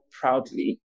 proudly